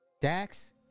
Dax